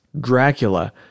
dracula